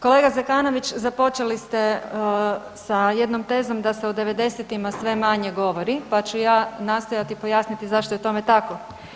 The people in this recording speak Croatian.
Kolega Zekanović započeli ste sa jednom tezom da se o '90.-tima sve manje govori pa ću ja nastojati pojasniti zašto je tome tako.